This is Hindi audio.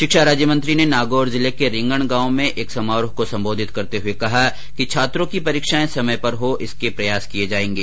शिक्षा राज्यमंत्री ने नागौर जिले के रिंगण गांव में एक समारोह को सम्बोधित करते हुए कहा कि छात्रों की परीक्षाएं समय पर हो इसके प्रयास किए जाएंगे